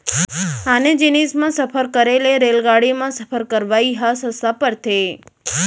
आने जिनिस म सफर करे ले रेलगाड़ी म सफर करवाइ ह सस्ता परथे